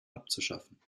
abzuschaffen